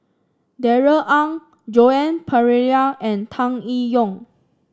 Darrell Ang Joan Pereira and Tan Eng Yoon